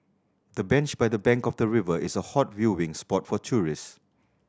the bench by the bank of the river is a hot viewing spot for tourists